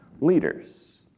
leaders